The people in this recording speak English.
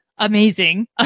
amazing